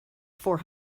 four